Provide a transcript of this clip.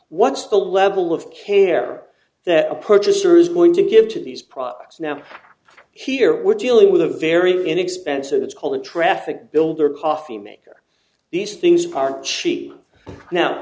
what's the level of care that a purchaser is going to give to these products now here we're dealing with a very inexpensive that's called a traffic builder coffee maker these things are cheap now